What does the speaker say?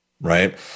Right